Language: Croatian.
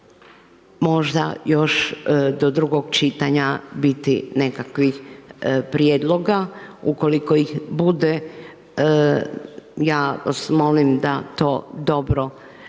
možda još do drugog čitanja biti nekakvih prijedloga, ukoliko ih bude, ja vas molim da to dobro